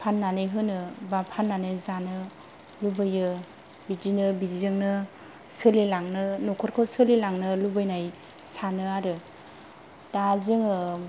फाननानै होनो बा फाननानै जानो लुबैयो बिदिनो बिजोंनो सोलिलांनो न'खरखौ सोलिलांनो लुबैनाय सानो आरो दा जोङो